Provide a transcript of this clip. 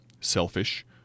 selfish